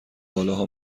بالاها